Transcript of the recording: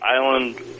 Island